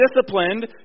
disciplined